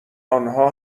آنها